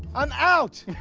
i'm out!